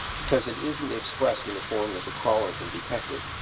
because it isn't expressed in a form that the crawler can detect it.